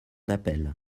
d’appel